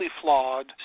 flawed